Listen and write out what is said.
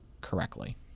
correctly